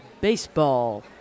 Baseball